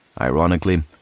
Ironically